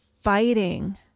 fighting